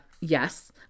yes